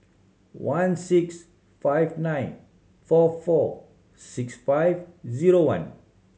one six five nine four four six five zero one